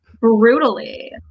brutally